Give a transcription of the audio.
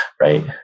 Right